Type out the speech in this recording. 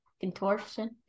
contortion